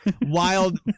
wild